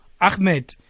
ahmed